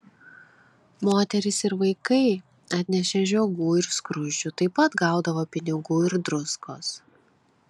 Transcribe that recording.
moterys ir vaikai atnešę žiogų ir skruzdžių taip pat gaudavo pinigų ir druskos